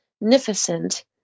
magnificent